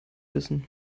wissen